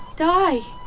die